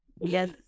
Yes